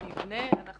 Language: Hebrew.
אנחנו